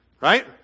right